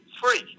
free